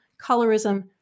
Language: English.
colorism